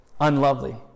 unlovely